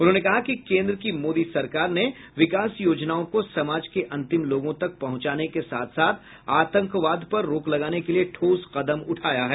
उन्होंने कहा है कि केंद्र की मोदी सरकार में विकास योजनाओं को समाज के अंतिम लोगों तक पहुंचाने के साथ साथ आतंकवाद पर रोक लगाने के लिए ठोस कदम उठाया है